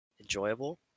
enjoyable